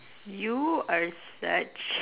you are such